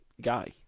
guy